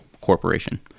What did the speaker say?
corporation